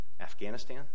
Afghanistan